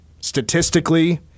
statistically